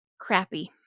crappy